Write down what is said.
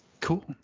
Cool